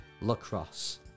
Lacrosse